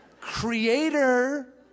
Creator